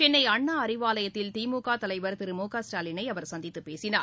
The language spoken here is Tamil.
சென்னைஅண்ணாஅறிவாலயத்தில் திமுகதலைவர் திரு மு க ஸ்டாலினை அவர் சந்தித்துப் பேசினார்